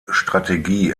strategie